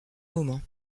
moment